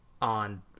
on